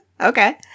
Okay